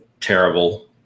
terrible